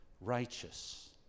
righteous